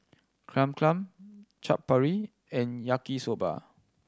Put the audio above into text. Cham Cham Chaat Papri and Yaki Soba